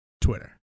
Twitter